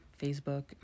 Facebook